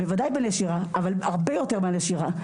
בוודאי בנשירה, אבל הרבה יותר מהנשירה.